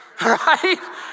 right